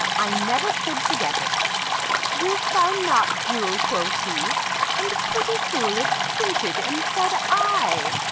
i never should forget it wilt thou not, jule quoth he and, pretty fool, it stinted, and said ay.